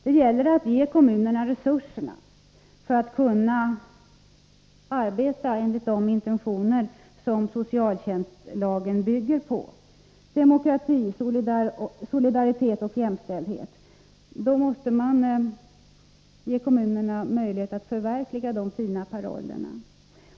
Det gäller att ge kommunerna nödvändiga resurser för att de skall kunna arbeta enligt de intentioner som socialtjänstlagen bygger på: demokrati, solidaritet och jämställdhet. De måste ges möjligheter att förverkliga dessa fina paroller.